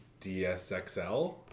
DSXL